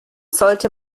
sollte